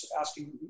asking